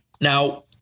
Now